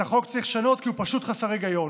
את החוק צריך לשנות כי הוא פשוט חסר היגיון.